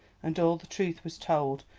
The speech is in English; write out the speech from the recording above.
and all the truth was told,